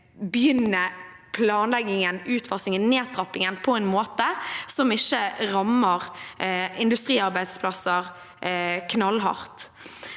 begynne planleggingen, utfasingen og nedtrappingen på en måte som ikke rammer industriarbeidsplasser knallhardt.